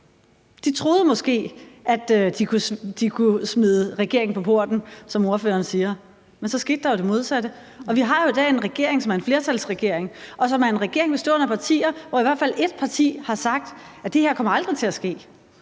De troede måske, at de kunne smide regeringen på porten, som ordføreren siger, men så skete der det modsatte, og vi har jo i dag en regering, som er en flertalsregering og er en regering bestående af partier, hvor i hvert fald et parti har sagt, at det her aldrig kommer til at ske.